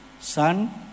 Son